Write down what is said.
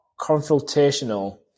confrontational